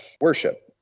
worship